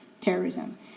terrorism